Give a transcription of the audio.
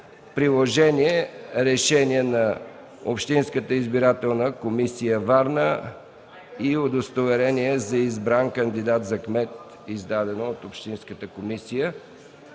Приложение: Решение на Общинската избирателна комисия – Варна, и удостоверение за избран кандидат за кмет, издадено от Общинската комисия.”